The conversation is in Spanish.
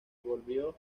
volvió